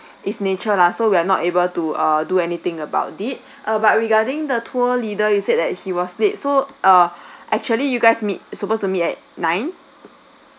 it's nature lah so we are not able to do anything about it err but regarding the tour leader you said that he was late so uh actually you guys meet supposed to meet at nine